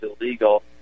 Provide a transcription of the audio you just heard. illegal